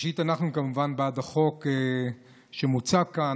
ראשית אנחנו כמובן בעד החוק שמוצע כאן,